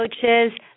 coaches